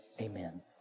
amen